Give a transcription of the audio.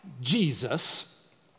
Jesus